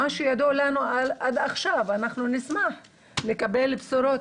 זה מה שידוע לנו עד עכשיו ואנחנו נשמח לקבל בשורות,